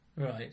Right